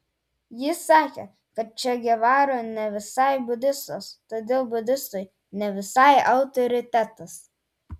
jis sakė kad če gevara ne visai budistas todėl budistui ne visai autoritetas